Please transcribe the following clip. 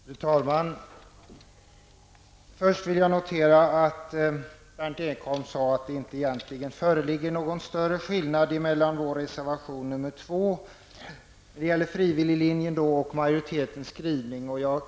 Fru talman! Först noterar jag att Berndt Ekholm sade att det egentligen inte föreligger någon större skillnad mellan vår reservation 2 och majoritetsskrivningen vad gäller den frivilliga linjen.